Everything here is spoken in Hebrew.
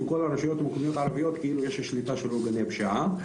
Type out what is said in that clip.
כאילו בכל הרשויות המקומיות הערביות יש שליטה של ארגוני פשיעה.